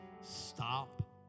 Stop